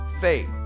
faith